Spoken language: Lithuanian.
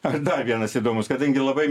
ar dar vienas įdomus kadangi labai